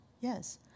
yes